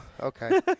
Okay